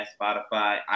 Spotify